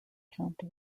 county